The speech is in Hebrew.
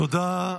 תודה.